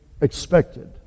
expected